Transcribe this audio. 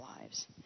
lives